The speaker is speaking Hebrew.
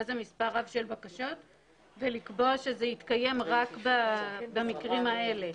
זה מספר רב של בקשות ולקבוע שזה יתקיים רק במקרים האלה.